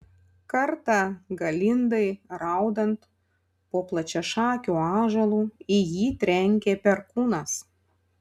kartą galindai raudant po plačiašakiu ąžuolu į jį trenkė perkūnas